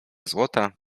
złota